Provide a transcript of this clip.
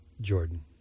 Jordan